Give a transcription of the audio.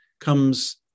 comes